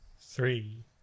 Three